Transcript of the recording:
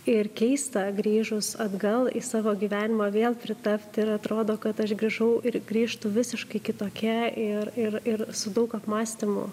ir keista grįžus atgal į savo gyvenimą vėl pritapti ir atrodo kad aš grįžau ir grįžtu visiškai kitokia ir ir ir su daug apmąstymų